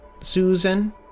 Susan